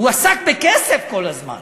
הוא עסק בכסף כל הזמן,